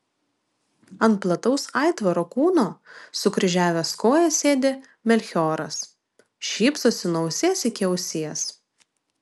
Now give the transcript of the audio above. ant plataus aitvaro kūno sukryžiavęs kojas sėdi melchioras šypsosi nuo ausies iki ausies